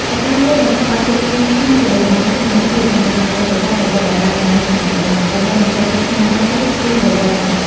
កត្តាមួយដែលធ្វើឱ្យភាពយន្តខ្មែរល្បីល្បាញ គឺសមត្ថភាពសម្ដែងដ៏ប៉ិនប្រសប់របស់តារាសម្ដែងជំនាន់នោះ ដែលបានបន្សល់ទុកស្នាដៃជាប្រវត្តិសាស្ត្រ។